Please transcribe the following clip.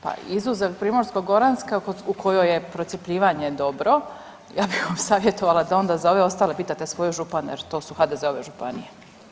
Pa izuzev Primorsko-goransku u kojoj je procjepljivanje dobro ja bih vam savjetovala da onda za ove ostale pitate svoje župane jer to su HDZ-ove županije.